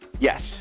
Yes